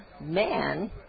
man